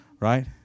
Right